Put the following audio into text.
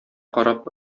карап